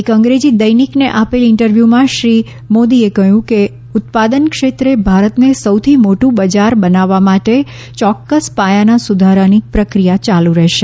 એક અંગ્રેજી દૈનિકને આપેલ ઇન્ટરવ્યૂહમાં શ્રી મોદીએ કહ્યું કે ઉત્પાદન ક્ષેત્રે ભારતને સૌથી મોટું બજાર બનાવવા માટે ચોક્કસ પાયાના સુધારાની પ્રક્રિયા યાલુ રહેશે